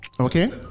okay